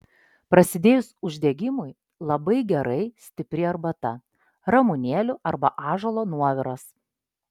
prasidėjus uždegimui labai gerai stipri arbata ramunėlių arba ąžuolo nuoviras